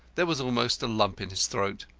there was almost a lump in his throat.